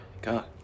god